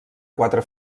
quatre